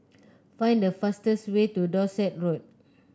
find the fastest way to Dorset Road